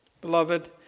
Beloved